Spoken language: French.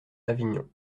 avignon